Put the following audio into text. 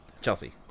Chelsea